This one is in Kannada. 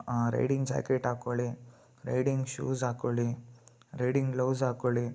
ರೈಡಿಂಗ್ ಜಾಕೆಟ್ ಹಾಕೊಳಿ ರೈಡಿಂಗ್ ಶೂಸ್ ಹಾಕೊಳಿ ರೈಡಿಂಗ್ ಗ್ಲವ್ಸ್ ಹಾಕೊಳಿ